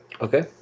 Okay